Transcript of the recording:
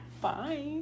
Bye